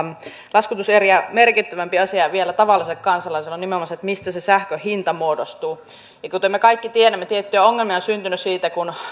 laskutuseriä vielä merkittävämpi asia tavalliselle kansalaiselle on nimenomaan se mistä se sähkön hinta muodostuu kuten me kaikki tiedämme tiettyjä ongelmia on syntynyt siitä kun